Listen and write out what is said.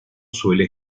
suele